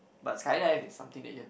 but sky dive is something that you have to